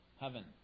heaven